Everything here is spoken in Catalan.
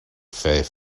fer